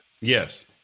Yes